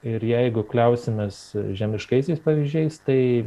ir jeigu kliausimės žemiškaisiais pavyzdžiais tai